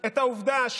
אינו נוכח צחי הנגבי,